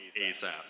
ASAP